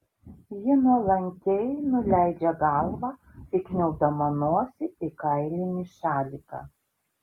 ji nuolankiai nuleidžia galvą įkniaubdama nosį į kailinį šaliką